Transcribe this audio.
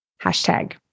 Hashtag